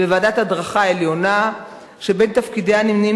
וועדת הדרכה עליונה שבין תפקידיה נמנים